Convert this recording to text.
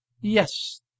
Yes